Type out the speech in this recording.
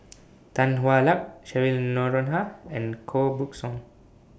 Tan Hwa Luck Cheryl Noronha and Koh Buck Song